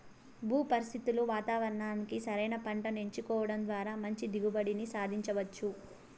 భూ పరిస్థితులు వాతావరణానికి సరైన పంటను ఎంచుకోవడం ద్వారా మంచి దిగుబడిని సాధించవచ్చు